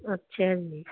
ਅੱਛਾ ਜੀ